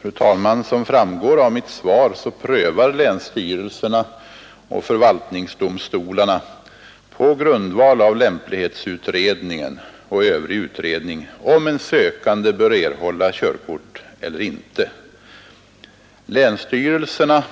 Fru talman! Såsom framgår av mitt svar prövar länsstyrelserna och förvaltningsdomstolarna på grundval av lämplighetsutredning och övrig utredning om en sökande bör erhålla körkort eller inte. Länsstyrelserna